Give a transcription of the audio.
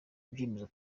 ibyemezo